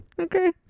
Okay